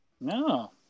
no